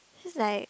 this is like